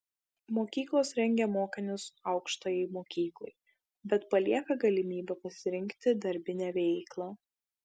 mokyklos rengia mokinius aukštajai mokyklai bet palieka galimybę pasirinkti darbinę veiklą